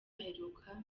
aheruka